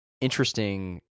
interesting